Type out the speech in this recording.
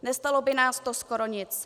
Nestálo by nás to skoro nic.